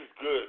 good